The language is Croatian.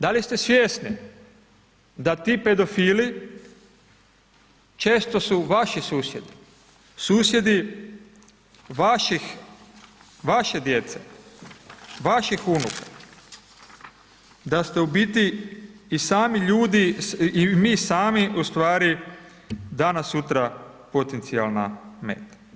Da li ste svjesni da ti pedofili često su vaši susjedi, susjedi vaših, vaše djece, vaših unuka, da ste u biti i sami ljudi i mi sami ustvari danas, sutra potencijalna meta.